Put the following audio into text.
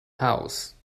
house